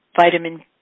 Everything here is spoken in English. vitamin